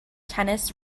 tennis